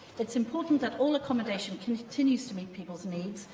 it's important that all accommodation continues to meet people's needs,